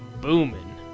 booming